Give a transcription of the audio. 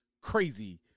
crazy